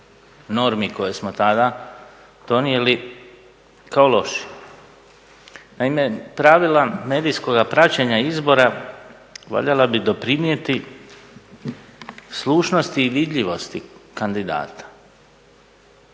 normi koje smo tada donijeli kao loši. Naime, pravila medijskoga praćenja izbora valjala bi doprinijeti slušnosti i vidljivosti kandidata.